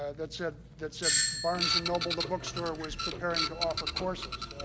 that said that said barnes and noble, the bookstore, was preparing to offer courses,